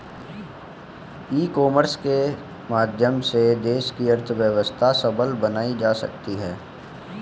ई commerce के माध्यम से देश की अर्थव्यवस्था सबल बनाई जा सकती है